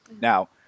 Now